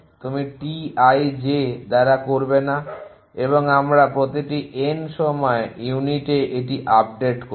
তুমি T i j দ্বারা করবে না এবং আমরা প্রতিটি N সময় ইউনিটে এটি আপডেট করব